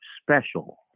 special